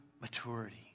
maturity